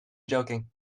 joking